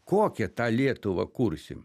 kokią tą lietuvą kursim